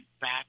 back